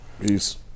peace